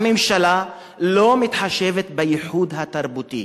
הממשלה, לא מתחשבת בייחוד התרבותי.